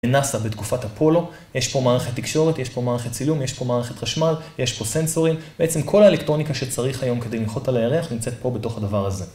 נאסא בתקופת אפולו, יש פה מערכת תקשורת, יש פה מערכת צילום, יש פה מערכת חשמל, יש פה סנסורים, בעצם כל האלקטרוניקה שצריך היום כדי לנחות על הירח נמצאת פה בתוך הדבר הזה.